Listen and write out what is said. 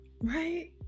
Right